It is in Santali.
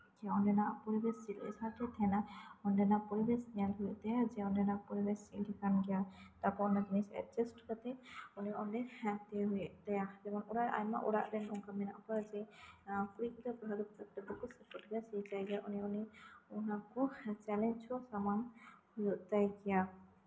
ᱡᱮ ᱚᱸᱰᱮᱱᱟᱜ ᱯᱚᱨᱤᱵᱮᱥ ᱪᱮᱫ ᱥᱟᱶᱛᱮᱭ ᱛᱟᱦᱮᱸᱱᱟᱭ ᱚᱸᱰᱮᱱᱟᱜ ᱯᱚᱨᱤᱵᱮᱥ ᱧᱮᱞ ᱦᱩᱭᱩᱜ ᱛᱟᱭᱟ ᱡᱮ ᱚᱸᱰᱮᱱᱟᱜ ᱯᱚᱨᱤᱵᱮᱥ ᱪᱮᱫ ᱞᱮᱠᱟᱱ ᱜᱮᱭᱟ ᱛᱚᱠᱷᱚᱱ ᱚᱸᱰᱮ ᱮᱠᱡᱟᱥᱴ ᱠᱟᱛᱮ ᱩᱱᱤ ᱚᱸᱰᱮ ᱛᱟᱦᱮᱸ ᱦᱩᱭᱩᱜ ᱛᱟᱭᱟ ᱡᱮᱢᱚᱱ ᱟᱭᱢᱟ ᱚᱲᱟᱜ ᱨᱮᱱ ᱚᱱᱠᱟ ᱢᱮᱱᱟᱜ ᱠᱚᱣᱟ ᱡᱮ ᱠᱩᱲᱤ ᱜᱫᱽᱨᱟᱹ ᱠᱚᱲᱟ ᱜᱤᱫᱽᱨᱟᱹ ᱥᱟᱶᱛᱮ ᱵᱟᱠᱚ ᱥᱟᱹᱛᱟᱹᱜ ᱜᱮᱭᱟ ᱥᱮᱭ ᱡᱟᱭᱜᱟ ᱨᱮ ᱩᱱᱤ ᱚᱱᱟ ᱠᱚ ᱪᱮᱞᱮᱧᱡ ᱥᱟᱢᱟᱝ ᱦᱩᱭᱩᱜ ᱛᱟᱭ ᱜᱮᱭᱟ